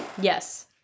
Yes